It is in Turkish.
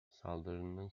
saldırının